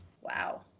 Wow